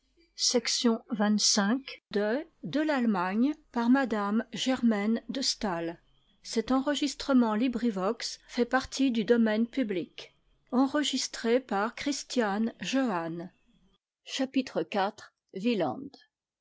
français par m de